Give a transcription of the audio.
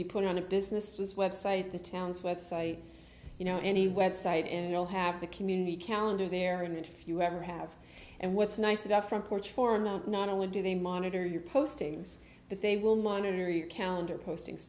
be put on a business website the town's website you know any website and you'll have the community calendar there in and few ever have and what's nice about front porch for now not only do they monitor your postings but they will monitor your calendar postings